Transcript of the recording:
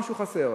משהו חסר.